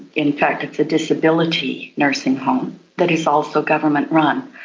in fact it's a disability nursing home that is also government run.